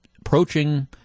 approaching